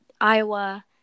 Iowa